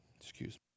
Excuse